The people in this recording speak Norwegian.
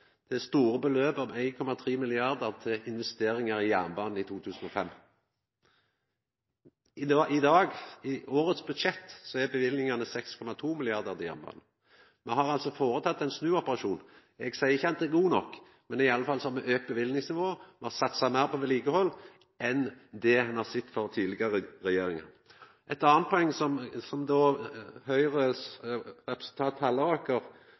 til investeringar i jernbanen i 2005. I årets budsjett er løyvingane på 6,2 mrd. kr til jernbanen. Me har gjort ein snuoperasjon. Eg seier ikkje at han er god nok, men me har i alle fall auka løyvingsnivået, og me har satsa meir på vedlikehald enn det ein har sett frå tidlegare regjeringar. Eit anna poeng